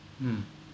mm